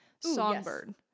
Songbird